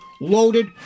loaded